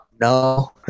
No